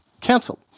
canceled